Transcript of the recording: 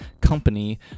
company